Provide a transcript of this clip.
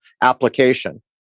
application